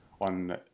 on